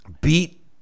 beat